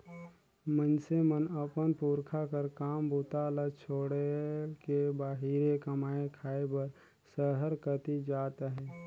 मइनसे मन अपन पुरखा कर काम बूता ल छोएड़ के बाहिरे कमाए खाए बर सहर कती जात अहे